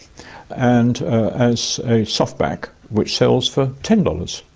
and as a soft-back, which sells for ten dollars.